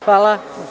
Hvala.